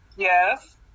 Yes